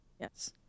Yes